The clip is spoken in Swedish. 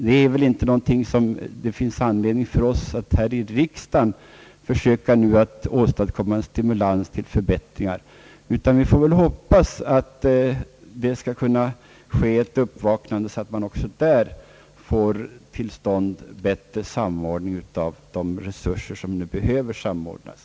Det finns väl inte anledning för oss här i riksdagen att nu försöka åstadkomma stimulans till förbättringar i Stockholm, utan vi får hoppas att det skall ske ett uppvaknande så att man även där får till stånd en bättre samordning av de resurser som behöver samordnas.